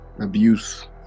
abuse